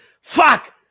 Fuck